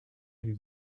lui